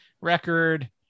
record